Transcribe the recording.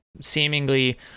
seemingly